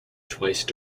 twice